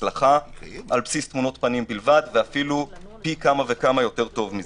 כהצלחה על בסיס תמונות פנים בלבד ואפילו פי כמה וכמה טוב מזה.